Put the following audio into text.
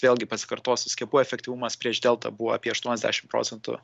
vėlgi pasikartosiu skiepų efektyvumas prieš delta buvo apie aštuoniasdešim procentų